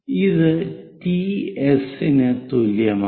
അത് T S ന് തുല്യമാണ്